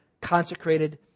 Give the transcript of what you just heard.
consecrated